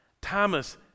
Thomas